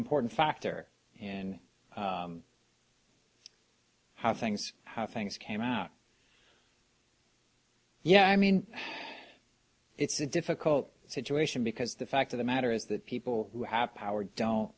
important factor in how things how things came out yeah i mean it's a difficult situation because the fact of the matter is that people who have power don't